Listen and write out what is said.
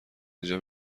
اینجا